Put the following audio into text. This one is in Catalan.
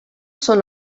són